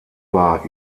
war